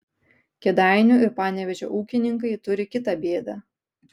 kėdainių ir panevėžio ūkininkai turi kitą bėdą